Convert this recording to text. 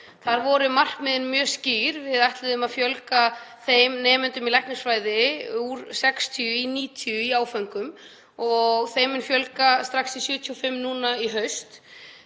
Þar voru markmiðin mjög skýr. Við ætluðum að fjölga nemendum í læknisfræði úr 60 í 90 í áföngum og þeim mun fjölga strax í 75 núna í haust.